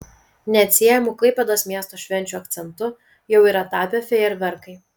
neatsiejamu klaipėdos miesto švenčių akcentu jau yra tapę fejerverkai